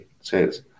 says